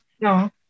No